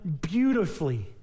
beautifully